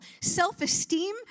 Self-esteem